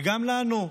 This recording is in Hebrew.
וגם לנו,